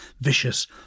vicious